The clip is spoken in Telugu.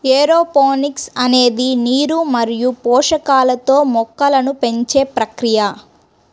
ఏరోపోనిక్స్ అనేది నీరు మరియు పోషకాలతో మొక్కలను పెంచే ప్రక్రియ